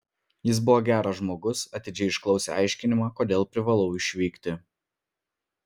jis buvo geras žmogus atidžiai išklausė aiškinimą kodėl privalau išvykti